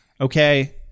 okay